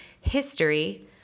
history